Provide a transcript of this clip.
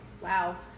Wow